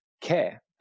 care